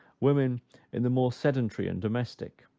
women in the more sedentary and domestic.